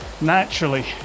naturally